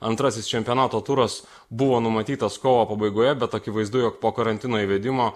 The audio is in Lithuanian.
antrasis čempionato turas buvo numatytas kovo pabaigoje bet akivaizdu jog po karantino įvedimo